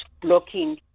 blocking